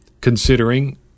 considering